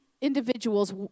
individuals